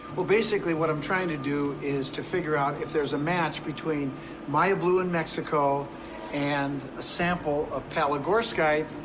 but basically what i'm trying to do is to figure out if there's a match between maya blue in mexico and a sample of palygorskite